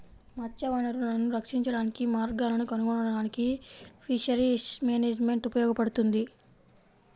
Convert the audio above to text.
మత్స్య వనరులను రక్షించడానికి మార్గాలను కనుగొనడానికి ఫిషరీస్ మేనేజ్మెంట్ ఉపయోగపడుతుంది